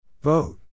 vote